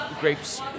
grapes